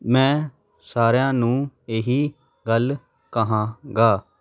ਮੈਂ ਸਾਰਿਆਂ ਨੂੰ ਇਹੀ ਗੱਲ ਕਹਾਂਗਾ